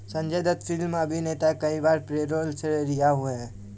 Sanjay Dutt film अभिनेता कई बार पैरोल से रिहा हुए हैं